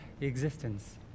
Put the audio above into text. existence